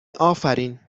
افرین